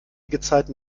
gezeiten